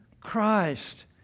Christ